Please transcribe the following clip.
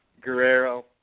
Guerrero